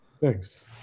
Thanks